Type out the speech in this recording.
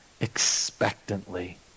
expectantly